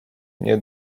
nie